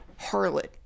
Harlot